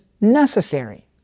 necessary